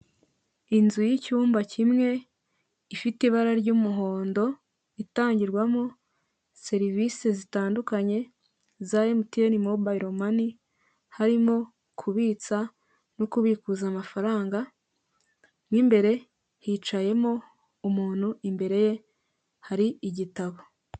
Inzu y'icyumba kimwe ifite ibara ry'umuhondo itangirwamo serivisi zitandukanye za mtn mobile money; harimo kubitsa no kubikuza amafaranga; mu imbere hicayemo umuntu imbere ye hari igitabo.